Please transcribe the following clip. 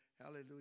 Hallelujah